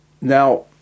Now